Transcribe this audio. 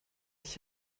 dich